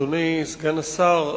אדוני סגן השר,